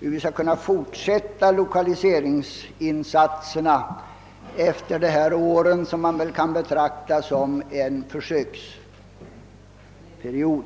hur vi bör fortsätta med lokali seringsinsatserna efter de här åren, som väl kan betraktas som en försöksperiod.